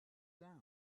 down